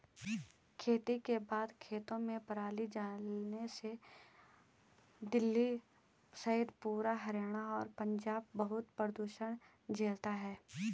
खेती के बाद खेतों में पराली जलाने से दिल्ली सहित पूरा हरियाणा और पंजाब बहुत प्रदूषण झेलता है